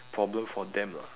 a problem for them lah